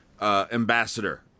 ambassador